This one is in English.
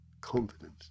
confidence